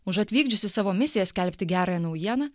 už atvykdžiusį savo misiją skelbti gerąją naujieną